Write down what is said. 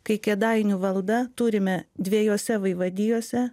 kai kėdainių valda turime dviejose vaivadijose